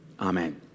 Amen